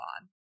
on